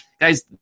guys